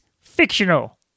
fictional